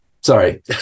Sorry